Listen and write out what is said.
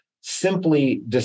simply